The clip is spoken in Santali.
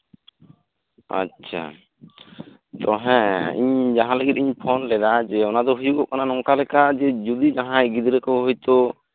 ᱦᱮᱸ ᱡᱟᱸᱦᱟ ᱫᱚ ᱦᱩᱭᱩᱜ ᱠᱟᱱᱟ ᱤᱧ ᱡᱟᱸᱦᱟ ᱞᱟᱹᱜᱤᱫ ᱤᱧ ᱯᱷᱳᱱ ᱞᱮᱫᱟ ᱚᱱᱟ ᱫᱚ ᱦᱩᱭᱩᱜ ᱠᱟᱱᱟ ᱱᱚᱝᱠᱟ ᱞᱮᱠᱟ ᱡᱚᱫᱤ ᱡᱟᱸᱦᱟᱭ ᱜᱤᱫᱽᱨᱟᱹ ᱠᱚ ᱦᱚᱭᱛᱳ